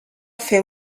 fer